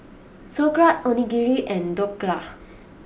Sauerkraut Onigiri and Dhokla